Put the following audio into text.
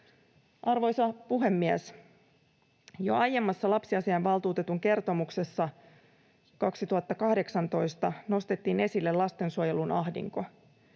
Arvoisa puhemies! Jo aiemmassa lapsiasiainvaltuutetun kertomuksessa 2018 nostettiin esille lastensuojelun ahdinko.